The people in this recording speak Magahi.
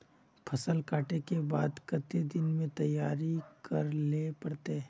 फसल कांटे के बाद कते दिन में तैयारी कर लेले पड़ते?